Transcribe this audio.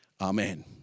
Amen